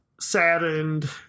saddened